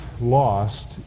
lost